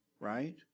right